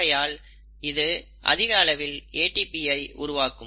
ஆகையால் இது அதிக அளவில் ATPயை உருவாக்கும்